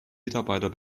mitarbeiter